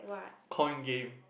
coin game